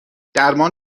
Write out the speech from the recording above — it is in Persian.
درمان